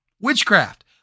witchcraft